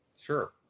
Sure